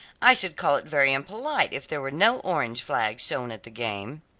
i should call it very impolite if there were no orange flags shown at the game.